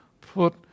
put